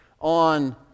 on